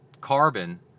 Carbon